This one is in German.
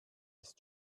ist